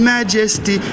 Majesty